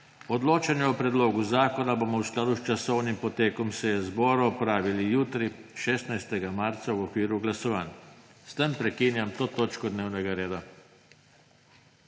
Odločanje o predlogu zakona bomo v skladu s časovnim potekom seje zbora opravili jutri, 16. marca 2022, v okviru glasovanj. S tem prekinjam to točko dnevnega reda.